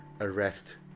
arrest